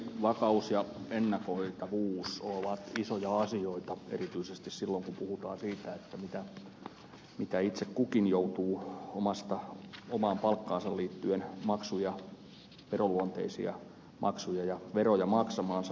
vakaus ja ennakoitavuus ovat isoja asioita erityisesti silloin kun puhutaan siitä mitä itse kukin joutuu omaan palkkaansa liittyen veroluonteisia maksuja ja veroja maksamaan